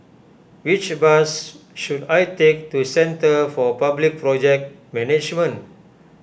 which bus should I take to Centre for Public Project Management